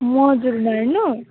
मजुर मार्नु